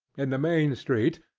in the main street,